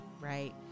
right